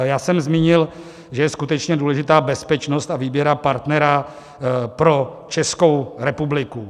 Já jsem zmínil, že je skutečně důležitá bezpečnost a výběr partnera pro Českou republiku.